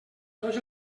tots